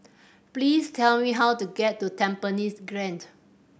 please tell me how to get to Tampines Grande